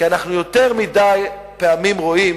כי יותר מדי פעמים אנחנו רואים